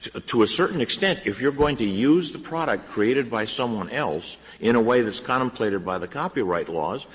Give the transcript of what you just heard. to to a certain extent, if you're going to use the product created by someone else in a way that's contemplated by the copyright laws,